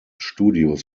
studios